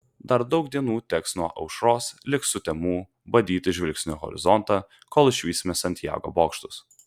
dar daug dienų teks nuo aušros lig sutemų badyti žvilgsniu horizontą kol išvysime santjago bokštus